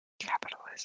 Capitalism